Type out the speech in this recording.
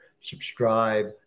subscribe